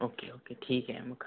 okay okay ठीक आहे मग